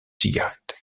cigarettes